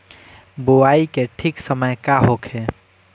बुआई के ठीक समय का होखे?